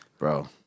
bro